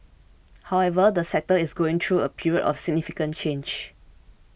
however the sector is going through a period of significant change